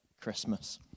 Christmas